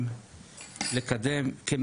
אנחנו ישבנו כל הדיקנים של